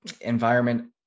environment